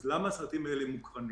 אז למה בכל זאת הסרטים האלה מוקרנים?